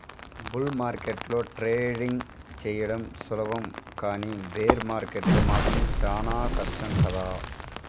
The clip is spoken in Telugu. బుల్ మార్కెట్లో ట్రేడింగ్ చెయ్యడం సులభం కానీ బేర్ మార్కెట్లో మాత్రం చానా కష్టం కదా